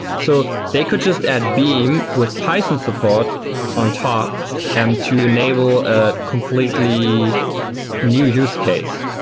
so they could just add beam with python support on top and to enable a completely new use case.